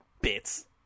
bits